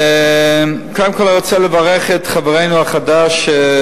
קודם כול אני רוצה לברך את חברנו החדש,